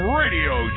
radio